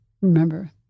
Remember